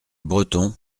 bretons